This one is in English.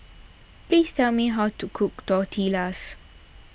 please tell me how to cook Tortillas